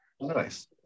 Nice